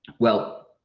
well,